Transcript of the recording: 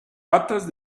patas